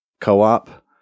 co-op